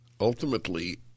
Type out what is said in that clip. ultimately